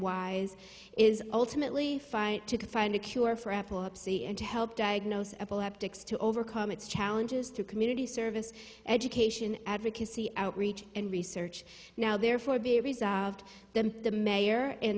wise is ultimately fight to find a cure for apple upsy and to help diagnose epileptics to overcome its challenges to community service education advocacy outreach and research now therefore be resolved the mayor and